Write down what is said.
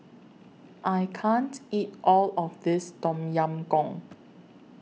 I can't eat All of This Tom Yam Goong